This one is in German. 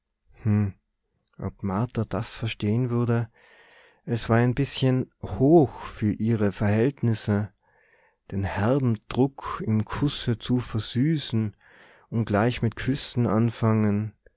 ob martha das verstehen würde es war ein bißchen hoch für ihre verhältnisse den herben druck im kusse zu versüßen und gleich mit küssen anfangen